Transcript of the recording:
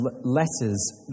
letters